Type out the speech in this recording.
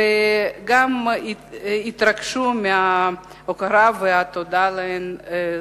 וגם התרגשו מההוקרה והתודה שלהן זכו.